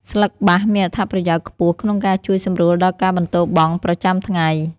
ស្លឹកបាសមានអត្ថប្រយោជន៍ខ្ពស់ក្នុងការជួយសម្រួលដល់ការបន្ទោរបង់ប្រចាំថ្ងៃ។